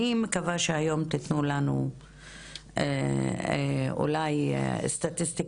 אני מקווה שהיום תתנו לנו אולי סטטיסטיקה